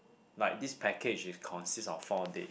like this package is consist of four date